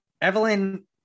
Evelyn